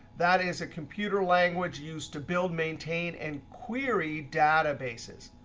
that is a computer language used to build, maintain, and query databases.